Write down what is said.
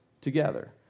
together